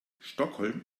stockholm